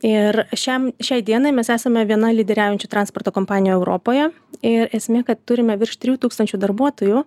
ir šiam šiai dienai mes esame viena lyderiaujančių transporto kompanijų europoje ir esmė kad turime virš trijų tūkstančių darbuotojų